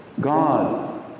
God